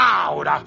out